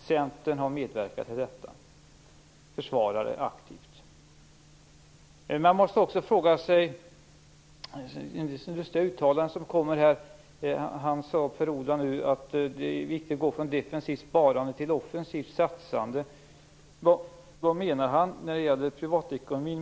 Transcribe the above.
Centern har medverkat till detta och försvarar det aktivt. Det kommer en del lustiga uttalande också. Per Ola Eriksson sade att det är viktigt att gå från defensivt sparande till offensivt satsande. Vad menar han när det gäller privatekonomin?